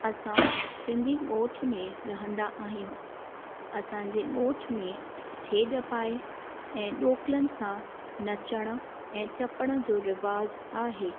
असां सिंधी ॻोठ में रहंदा आहियूं असांजे ॻोठ में छेॼ पाए ऐं ढोकलनि सां नचणु ऐं टपण जो रिवाजु आहे